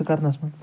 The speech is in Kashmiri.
سُہ کَرنس منٛز